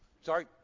sorry